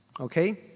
Okay